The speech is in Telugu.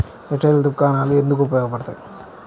రిటైల్ దుకాణాలు ఎందుకు ఉపయోగ పడతాయి?